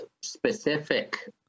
specific